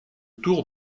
tour